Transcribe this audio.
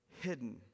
hidden